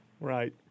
Right